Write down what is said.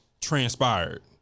transpired